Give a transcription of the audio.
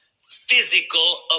physical